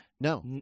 No